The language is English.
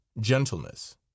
gentleness